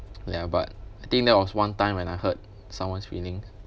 ya but I think that was one time when I hurt someone's feelings